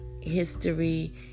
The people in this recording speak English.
history